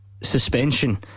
Suspension